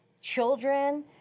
children